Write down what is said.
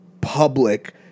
public